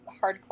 hardcore